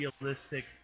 realistic